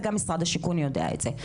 וגם משרד השיכון יודע את זה.